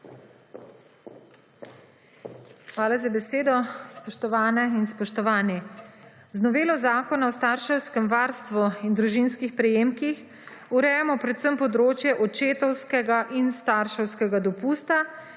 Hvala za besedo. Spoštovane in spoštovani! Z novelo Zakona o starševskem varstvu in družinskih prejemkih urejamo predvsem področje očetovskega in starševskega dopusta,